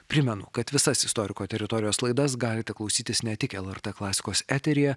primenu kad visas istoriko teritorijos laidas galite klausytis ne tik lrt klasikos eteryje